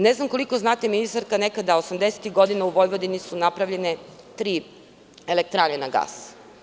Ne znam koliko znate, ministarka, 80-tih godina u Vojvodini su napravljene tri elektrane na gas.